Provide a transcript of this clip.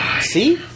See